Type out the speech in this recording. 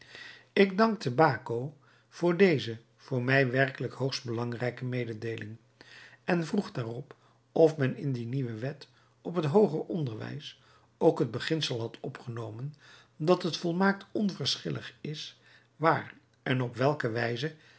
ik dankte baco voor deze voor mij werkelijk hoogst belangrijke mededeeling en vroeg daarop of men in die nieuwe wet op het hooger onderwijs ook het beginsel had opgenomen dat het volmaakt onverschillig is waar en op welke wijze